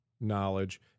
knowledge